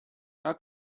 how